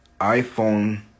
iPhone